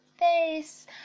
face